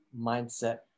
mindset